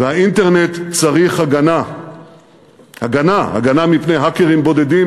והאינטרנט צריך הגנה מפני האקרים בודדים,